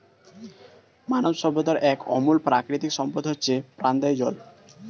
মানব সভ্যতার এক অমূল্য প্রাকৃতিক সম্পদ হচ্ছে প্রাণদায়ী জল